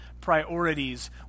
priorities